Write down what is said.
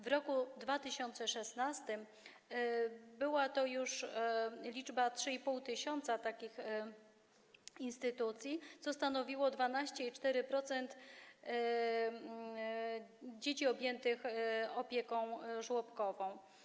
W roku 2016 była to już liczba 3,5 tys. takich instytucji, co stanowiło 12,4% dzieci objętych opieką żłobkową.